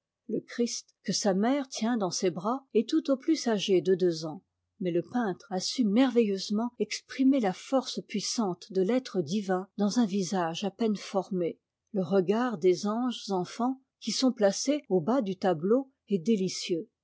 le christ que sa mère tient dans ses bras est tout au plus âgé de deux ans mais le peintre a su merveilleusement exprimer la force puissante de l'être divin dans un visage à peine formé le regard des anges enfants qui sont placés au bas du tableau est délicieux